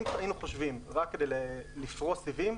אם היינו חושבים רק לפרוס סיבים,